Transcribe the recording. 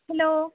hello